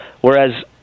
Whereas